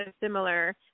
similar